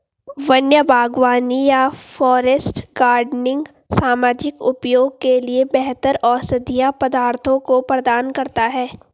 वन्य बागवानी या फॉरेस्ट गार्डनिंग सामाजिक उपयोग के लिए बेहतर औषधीय पदार्थों को प्रदान करता है